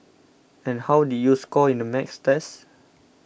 and how did you score in the Maths test